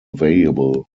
available